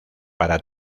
para